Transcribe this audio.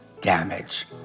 damage